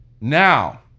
Now